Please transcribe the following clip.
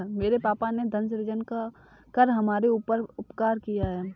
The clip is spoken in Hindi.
मेरे पापा ने धन सृजन कर हमारे ऊपर उपकार किया है